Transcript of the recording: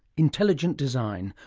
intelligent design,